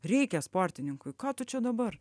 reikia sportininkui ką tu čia dabar